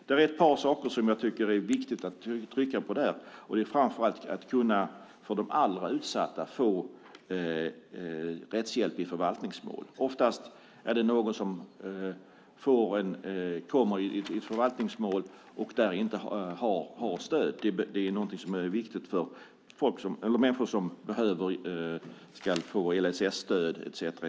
Det är ett par saker som jag tycker att det är viktigt att trycka på där, framför allt att de allra mest utsatta ska kunna få rättshjälp i förvaltningsmål. Oftast är det någon som kommer i ett förvaltningsmål och där inte har bra stöd. Det är någonting som är viktigt för människor som ska få LSS-stöd etcetera.